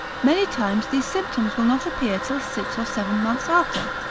many times these symptoms will not appear till six or seven months after,